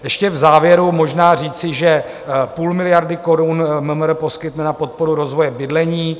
Ještě v závěru možná říci, že půl miliardy korun MMR poskytne na podporu rozvoje bydlení.